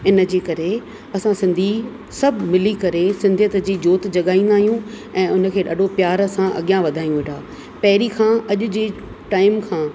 इनजे करे असां सिंधी सभु मिली करे सिंधीयतु जी जोति जॻाईंदा आहियूं ऐं उनखे ॾाढो प्यार सां अॻियां वधायूं वेठा पहिरी खां अॼु जे टाइम खां